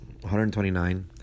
129